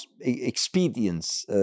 expedience